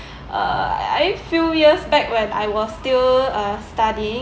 uh few years back when I was still uh studying